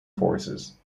forces